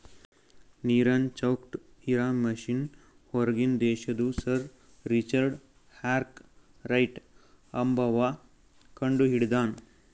ನೀರನ್ ಚೌಕ್ಟ್ ಇರಾ ಮಷಿನ್ ಹೂರ್ಗಿನ್ ದೇಶದು ಸರ್ ರಿಚರ್ಡ್ ಆರ್ಕ್ ರೈಟ್ ಅಂಬವ್ವ ಕಂಡಹಿಡದಾನ್